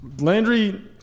Landry